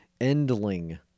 Endling